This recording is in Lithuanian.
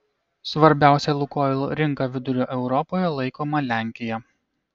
svarbiausia lukoil rinka vidurio europoje laikoma lenkija